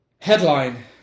Headline